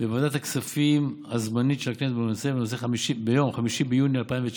בוועדת הכספים הזמנית של הכנסת בנושא זה ביום 5 ביוני 2019